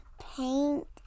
paint